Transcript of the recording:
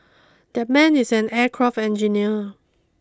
that man is an aircraft engineer